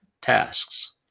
tasks